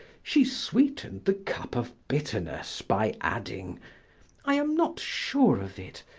she sweetened the cup of bitterness by adding i am not sure of it,